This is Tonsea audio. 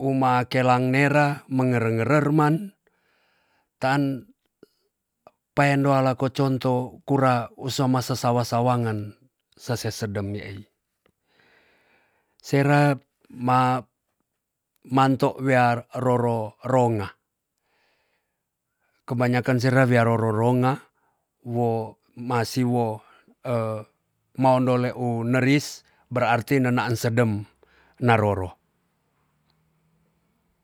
uma kelang nera mengere ngerer man tan paendo ala ko conto kura usa ma sesawa sawangen sase sedem yaai sera ma manto wear roro ronga kebanyakan sera wia roror ronga wo ma siwo ma ondo leu neris berarti nenaan sedem na roro.